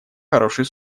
хороший